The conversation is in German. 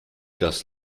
das